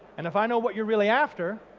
and if i know what you're really after,